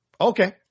Okay